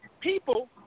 people